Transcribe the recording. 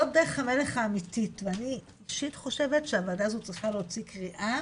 זאת דרך המלך האמיתית ואני אישית חושבת שהוועדה הזאת צריכה להוציא קריאה